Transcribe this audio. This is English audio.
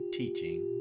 teaching